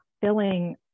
filling